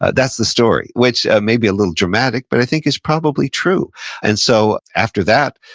ah that's the story, which may be a little dramatic, but i think is probably true and so, after that,